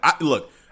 Look